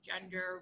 gender